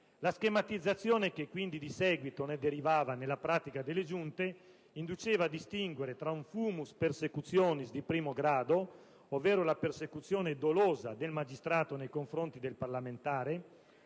La schematizzazione che ne derivava nella pratica delle Giunte induceva a distinguere tra: *fumus persecutionis* di primo grado, ovvero la persecuzione dolosa del magistrato nei confronti del parlamentare;